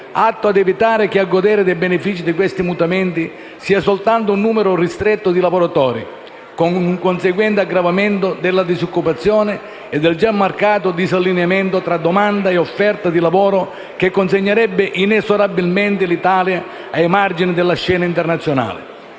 atto a evitare che a godere dei benefici di questi mutamenti sia soltanto un numero ristretto di lavoratori, con un conseguente aggravamento della disoccupazione e del già marcato disallineamento tra domanda e offerta di lavoro che consegnerebbe inesorabilmente l'Italia ai margini della scena internazionale.